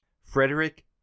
Frederick